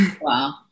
wow